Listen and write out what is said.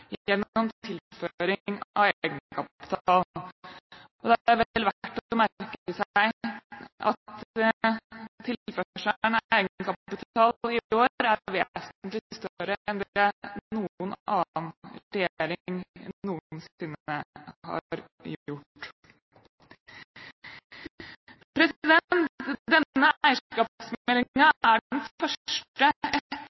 gjennom tilføring av egenkapital. Det er vel verdt å merke seg at tilførselen av egenkapital i år er vesentlig større enn den har vært under noen annen regjering noensinne. Denne